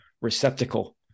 receptacle